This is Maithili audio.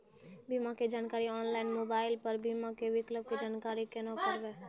बीमा के जानकारी ऑनलाइन मोबाइल पर बीमा के विकल्प के जानकारी केना करभै?